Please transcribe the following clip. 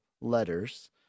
letters